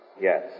Yes